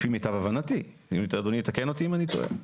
זה לפי מיטב הבנתי ואדוני יתקן אותי אם אני טועה.